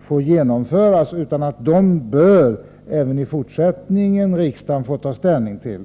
få genomföras utan att riksdagen även i fortsättningen bör få ta ställning till dem.